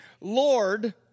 Lord